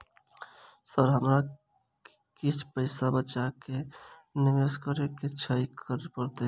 Sir हमरा किछ पैसा बचा कऽ निवेश करऽ केँ छैय की करऽ परतै?